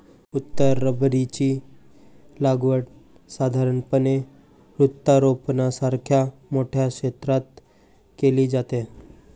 उत्तर रबराची लागवड साधारणपणे वृक्षारोपणासारख्या मोठ्या क्षेत्रात केली जाते